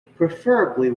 preferably